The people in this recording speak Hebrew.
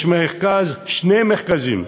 יש מרכז, שני מרכזים,